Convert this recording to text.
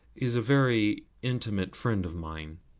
is a very intimate friend of mine.